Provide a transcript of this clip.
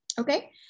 Okay